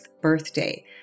birthday